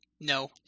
No